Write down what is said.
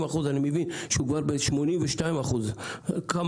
אחוזים ואני מבין שהוא כבר ב-82 אחוזים.